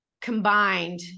combined